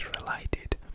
related